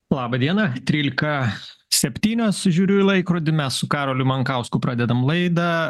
labą dieną trylika septynios žiūriu į laikrodį mes su karoliu mankausku pradedam laidą